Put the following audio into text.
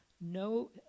no